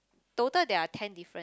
total there're ten differen~